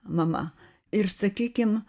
mama ir sakykim